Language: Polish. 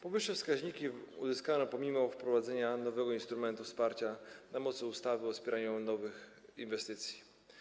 Powyższe wskaźniki uzyskano pomimo wprowadzenia nowego instrumentu wsparcia na mocy ustawy o wspieraniu nowych inwestycji.